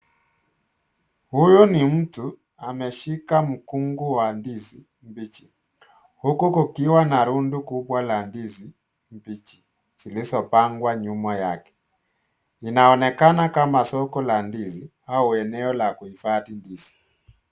Huyu ni mtu ameshika mkungu wa ndizi mbichi huku kukiwa na rundo kubwa la ndizi mbichi zilizopangwa nyuma yake. Inaonekana kama soko la ndizi au eneo la kuhifadhi ndizi.